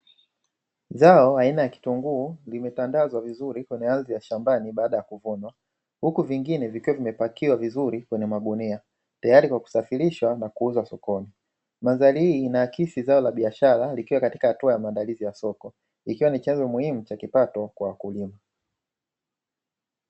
Zao aina ya kitunguu limetandazwa vizuri kwenye ardhi ya shambani baada ya kuvunwa, huku vingine vikiwa vimepakiwa vizuri kwenye magunia, tayari kwa kusafirishwa na kuuza sokoni, mandhair hii inaakisi zao la biashara likiwa katika hatua ya maandalizi ya soko ikiwa ni chanzo muhimu cha kipato kwa wakulima.